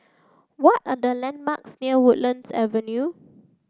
what are the landmarks near Woodlands Avenue